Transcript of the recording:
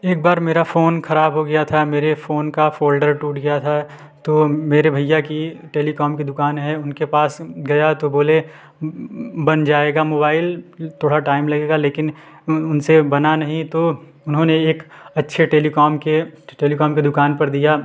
एक बार मेरा फ़ोन ख़राब हो गया था मेरे फ़ोन का फ़ोल्डर टूट गया था तो मेरे भैया की टेलीकॉम की दुकान है उनके पास गया तो बोले बन जाएगा मोबाइल थोड़ा टाइम लगेगा लेकिन उनसे बना नहीं तो उन्होने एक अच्छे टेलीकॉम के टेलीकॉम के दुकान पर दिया